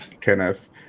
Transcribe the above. Kenneth